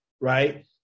right